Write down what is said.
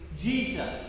jesus